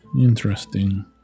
interesting